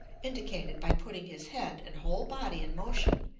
indicated by putting his head and whole body in motion,